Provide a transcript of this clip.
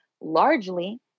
largely